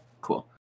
Cool